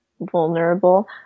vulnerable